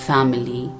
family